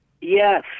yes